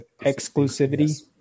exclusivity